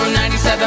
97